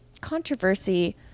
controversy